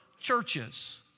churches